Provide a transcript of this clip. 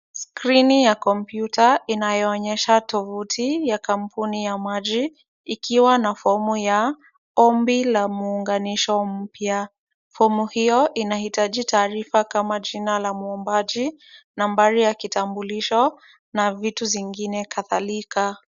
Skrini ya kompyuta inayoonyesha tovuti ya kampuni ya maji ikiwa na fomu ya ombi la muunganisho mpya. Fomu hiyo inahitaji taarifa kama jina la muombaji, nambari ya kitambulisho na vitu zingine kadhalika.